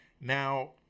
Now